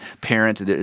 parents